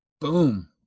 Boom